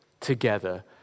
together